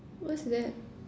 what's that